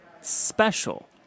special